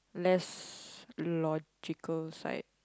lefts the logical side